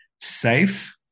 safe